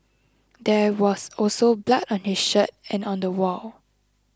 there was also blood on his shirt and on the wall